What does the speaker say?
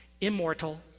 immortal